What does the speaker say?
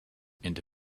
into